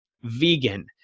vegan